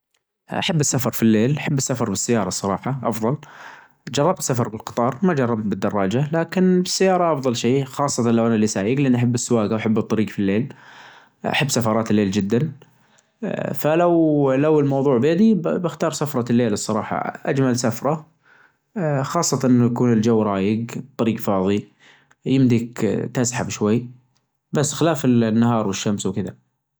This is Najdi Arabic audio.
احب القهوة وهي مشروب بسيط. قهوة سكر قهوة سكر موية. بس مش اكثر من كذا. اه جا قهوة وعليها معلقة سكر وتحطها في الوعاء اللي راح تحضرها فيه. يا سلام لو تحطها بعض على الضوء على الحطب. يعني او على الفحم او على شيء تطلع مرة جميلة يعني احسن من احسن من اللي على الغاز العادي حتى